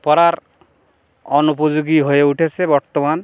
পরার অনুপযোগী হয়ে উঠেছে বর্তমান